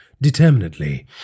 determinedly